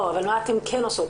מה אתם כן עושים?